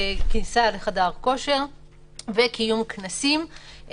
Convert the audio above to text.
כניסה לחדר כושר וקיום כנסים.